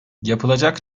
yapılacak